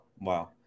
wow